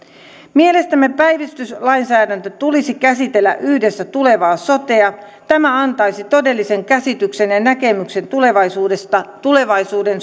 mielestämme päivystyslainsäädäntö tulisi käsitellä osana tulevaa sotea tämä antaisi todellisen käsityksen ja näkemyksen tulevaisuudesta tulevaisuuden